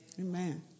Amen